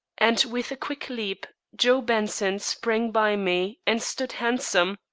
and with a quick leap joe benson sprang by me and stood handsome,